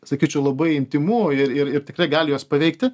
sakyčiau labai intymu ir ir ir tikrai gali juos paveikti